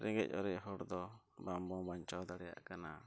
ᱨᱮᱸᱜᱮᱡᱼᱚᱨᱮᱡ ᱦᱚᱲᱫᱚ ᱵᱟᱝᱵᱚᱱ ᱵᱟᱧᱪᱟᱣ ᱫᱟᱲᱮᱭᱟᱜ ᱠᱟᱱᱟ